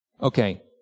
Okay